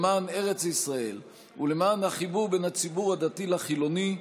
למען ארץ ישראל ולמען החיבור בין הציבור הדתי לחילוני,